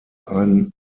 ein